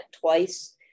twice